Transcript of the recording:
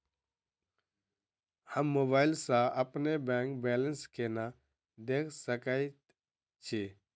हम मोबाइल सा अपने बैंक बैलेंस केना देख सकैत छी?